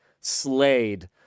slayed